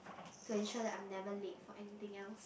to ensure that I'm never late for anything else